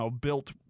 built